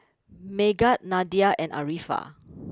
Megat Nadia and Arifa